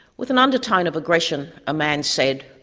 with an undertone of aggression, a man said,